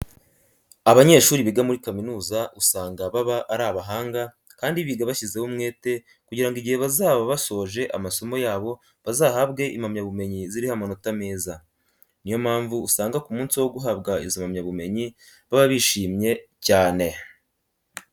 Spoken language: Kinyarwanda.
Abanyeshuri biga muri kaminuza usanga baba ari abahanga kandi biga bashyizeho umwete kugira ngo igihe bazaba basoje amasomo yabo bazahabwe impamyabumenyi ziriho amanota meza. Niyo mpamvu usanga ku munsi wo guhabwa izo mpamyabumenyi baba bishimye cyane.